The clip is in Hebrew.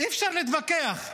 אי-אפשר להתווכח.